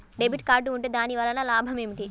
Debit card ఉంటే దాని వలన లాభం ఏమిటీ?